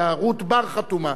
אלא רות בר חתומה.